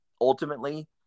Ultimately